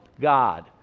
God